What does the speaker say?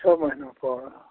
छओ महिनापर